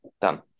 Done